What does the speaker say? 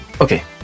Okay